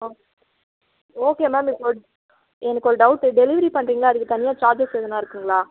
ஆ okay ma'am எனக்கு ஒரு எனக்கு ஒரு டவுட் டெலிவரி பண்றீங்களே அதுக்கு தனியாக சார்ஜஸ் எதாவது இருக்குங்களா